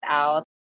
out